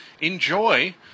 enjoy